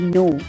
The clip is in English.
no